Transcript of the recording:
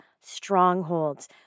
strongholds